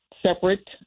separate